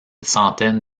centaine